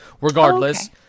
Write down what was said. Regardless